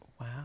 Wow